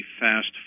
fast